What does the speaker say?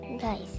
guys